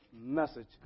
message